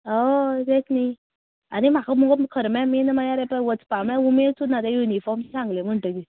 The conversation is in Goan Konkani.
हय तेंच न्ही आनी म्हाका मगो खरें म्हल्यार मेन म्हल्या वचपा उमेद सुद्दां ना ते यूनिफॉर्म सागले म्हटगीर